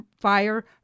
fire